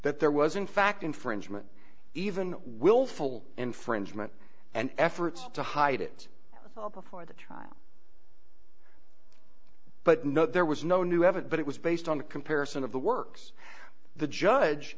that there was in fact infringement even willful infringement and efforts to hide it before the trial but no there was no new haven't but it was based on a comparison of the works the judge